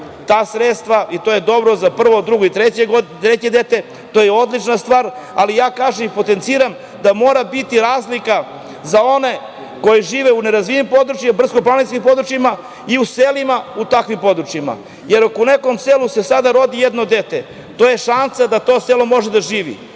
ta sredstva i to je dobro za prvo, drugo i treće dete, to je odlična stvar, ali ja kažem i potenciram da mora biti razlika za one koji žive u nerazvijenim područjima, brdsko-planinskim područjima i u selima u takvim područjima, jer ako u nekom selu se sada rodi jedno dete to je šansa da to selo može da živi,